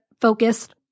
focused